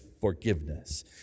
forgiveness